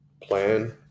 plan